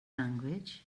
language